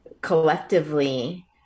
collectively